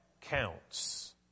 counts